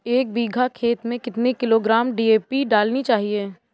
एक बीघा खेत में कितनी किलोग्राम डी.ए.पी डालनी चाहिए?